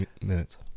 minutes